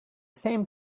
same